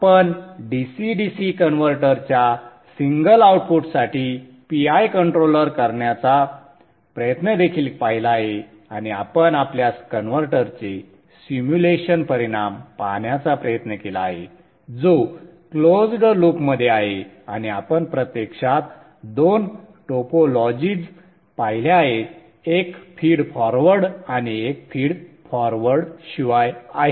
आपण DC DC कनवर्टरच्या single आउटपुटसाठी PI कंट्रोलर करण्याचा प्रयत्न देखील पाहिला आहे आणि आपण आपल्या कनवर्टरचे सिम्युलेशन परिणाम पाहण्याचा प्रयत्न केला आहे जो क्लोज्ड लूपमध्ये आहे आणि आपण प्रत्यक्षात दोन टोपोलॉजीज पाहिल्या आहेत एक फीड फॉरवर्ड आणि एक फीड फॉरवर्ड शिवाय आहे